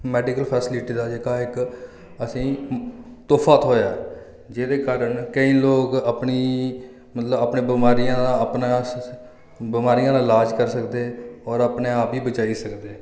medical facility दा जेह्का इक असें गी तोहफा थ्होएआ ऐ जेह्दे कारण केईं लोक अपनी मतलब अपनी बमारियें दा अपना बमारियां दा लाज करी सकदे होर अपने आप गी बचाई सकदे